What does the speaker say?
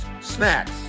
snacks